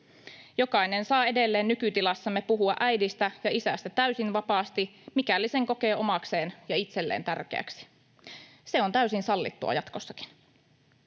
Jokainen saa edelleen nykytilassamme puhua ”äidistä” ja ”isästä” täysin vapaasti, mikäli sen kokee omakseen ja itselleen tärkeäksi. Se on täysin sallittua jatkossakin.